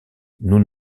nous